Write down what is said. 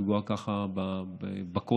לפגוע ככה בקודש,